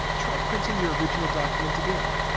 try printing your original document again.